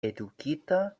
edukita